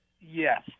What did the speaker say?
Yes